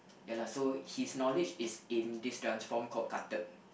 ya lah so his knowledge is in this dance form called Kathak